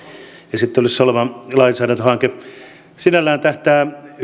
esittelyssä oleva lainsäädäntöhanke sinällään tähtää hyvään